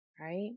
right